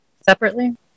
separately